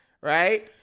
right